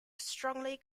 strongly